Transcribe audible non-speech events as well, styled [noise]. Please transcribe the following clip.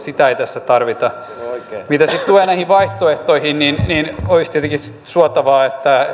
[unintelligible] sitä ei tässä tarvita mitä sitten tulee näihin vaihtoehtoihin niin olisi tietenkin suotavaa että